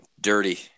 Dirty